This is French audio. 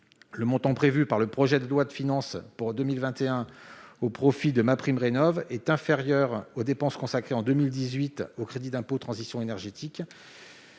Le montant prévu par le projet de loi de finances pour 2021 au profit de MaPrimRénov'est inférieur aux dépenses consacrées en 2018 au crédit d'impôt pour la transition énergétique.